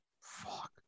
fuck